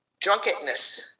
drunkenness